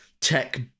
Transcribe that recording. tech